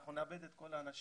אנחנו נאבד את כל האנשים,